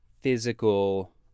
physical